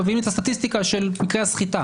מביאים את הסטטיסטיקה של מקרי הסחיטה.